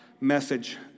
message